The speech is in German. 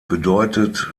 bedeutet